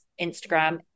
Instagram